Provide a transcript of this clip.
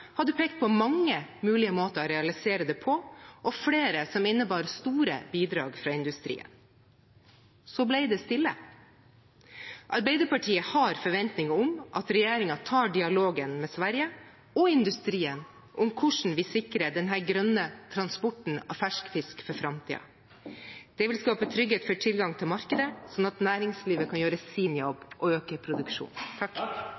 hadde pekt på mange mulige måter å realisere det på og flere som innebar store bidrag fra industrien. Så ble det stille. Arbeiderpartiet har forventninger om at regjeringen tar dialogen med Sverige og industrien om hvordan vi sikrer denne grønne transporten av fersk fisk for framtiden. Det vil skape trygghet for tilgang til markeder, slik at næringslivet kan gjøre sin